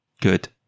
Good